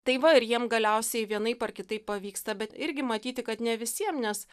tai va ir jiem galiausiai vienaip ar kitaip pavyksta bet irgi matyti kad ne visiem nes